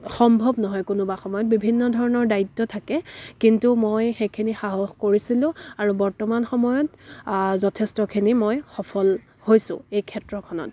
সম্ভৱ নহয় কোনোবা সময়ত বিভিন্ন ধৰণৰ দায়িত্ব থাকে কিন্তু মই সেইখিনি সাহস কৰিছিলোঁ আৰু বৰ্তমান সময়ত যথেষ্টখিনি মই সফল হৈছোঁ এইক্ষেত্ৰখনত